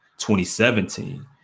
2017